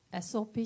SOP